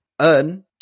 earn